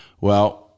Well-